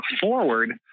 forward